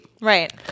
Right